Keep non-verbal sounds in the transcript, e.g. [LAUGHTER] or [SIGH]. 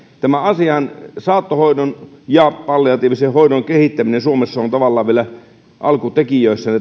tämä asiahan saattohoidon ja palliatiivisen hoidon kehittäminen suomessa on tavallaan vielä alkutekijöissään [UNINTELLIGIBLE]